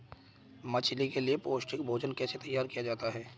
मछली के लिए पौष्टिक भोजन कैसे तैयार किया जाता है?